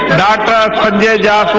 da da da da